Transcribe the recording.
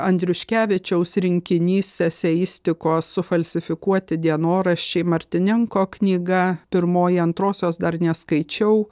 andriuškevičiaus rinkinys eseistikos sufalsifikuoti dienoraščiai martininko knyga pirmoji antrosios dar neskaičiau